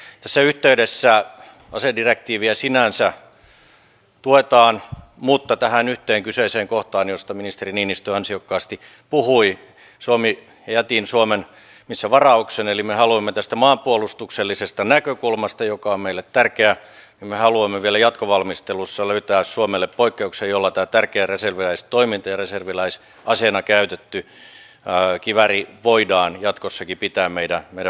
tässä yhteydessä asedirektiiviä sinänsä tuetaan mutta tähän yhteen kyseiseen kohtaan josta ministeri niinistö ansiokkaasti puhui jätin suomen nimissä varauksen eli me haluamme tästä maanpuolustuksellisesta näkökulmasta joka on meille tärkeä vielä jatkovalmistelussa löytää suomelle poikkeuksen jolla tämä tärkeä reserviläistoiminta ja reserviläisaseena käytetty kivääri voidaan jatkossakin pitää meidän valikoimassamme